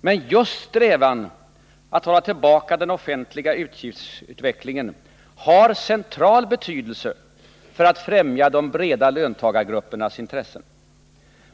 Men just strävandena att hålla tillbaka utvecklingen av de offentliga utgifterna har central betydelse för att främja de breda löntagargruppernas intressen.